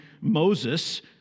Moses